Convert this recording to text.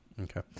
Okay